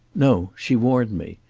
no. she warned me.